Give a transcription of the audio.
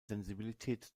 sensibilität